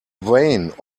vane